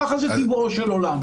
ככה זה טבעו של עולם.